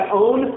own